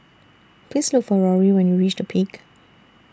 Please Look For Rory when YOU REACH The Peak